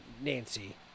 Nancy